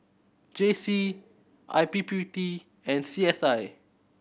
J C I P P T and C S I